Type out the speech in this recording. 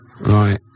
Right